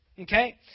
Okay